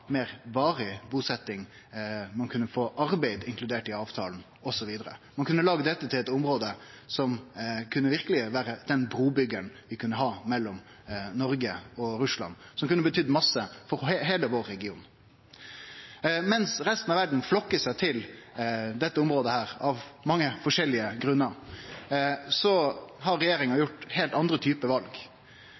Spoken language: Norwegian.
meir varig busetnad, få arbeid inkludert i avtalen, osv.! Ein kunne laga dette til eit område som verkeleg kunne vere brubyggjar mellom Noreg og Russland, som kunne betydd mykje for heile regionen vår. Mens resten av verda flokkar seg i dette området – av mange forskjellige grunnar – har regjeringa gjort heilt andre typar val.